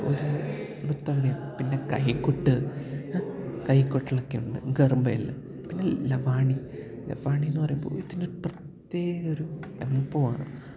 ഒരു നൃത്തമാണിത് പിന്നെ കൈക്കൊട്ട് കൈക്കൊട്ട്ളെക്കെ ഉണ്ട് ഗർബയിൽ പിന്നെ ലവാണി ലവാണി എന്ന് പറയുമ്പോൾ ഇതിനൊരു പ്രത്യേക ഒരു അനുഭവമാണ്